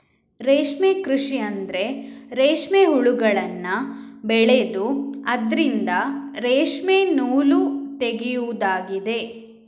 ರೇಷ್ಮೆ ಕೃಷಿ ಅಂದ್ರೆ ರೇಷ್ಮೆ ಹುಳಗಳನ್ನ ಬೆಳೆದು ಅದ್ರಿಂದ ರೇಷ್ಮೆ ನೂಲು ತೆಗೆಯುದಾಗಿದೆ